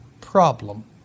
problem